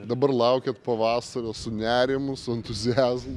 dabar laukiat pavasario su nerimu su entuziazmu